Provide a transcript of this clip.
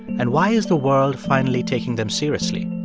and why is the world finally taking them seriously?